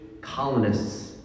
colonists